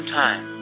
time